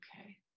Okay